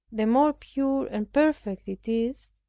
the more pure and perfect it is,